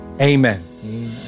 Amen